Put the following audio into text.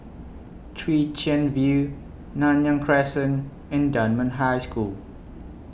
Chwee Chian View Nanyang Crescent and Dunman High School